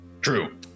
True